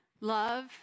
Love